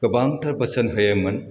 गोबांथार बोसोन होयोमोन